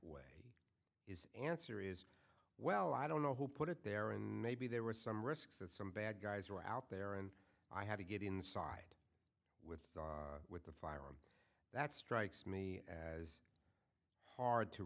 that is answer is well i don't know who put it there and maybe there were some risks and some bad guys were out there and i had to get inside with with the firearm that strikes me as hard to